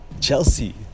Chelsea